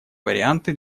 варианты